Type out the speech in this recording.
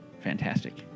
fantastic